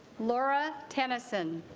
laura tennyson